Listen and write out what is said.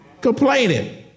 Complaining